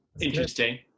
interesting